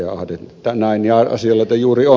ahde näin asianlaita juuri on